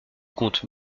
comte